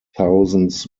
thousands